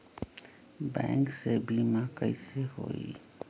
Bank से बिमा कईसे होई?